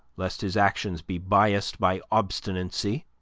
lest his actions be biased by obstinacy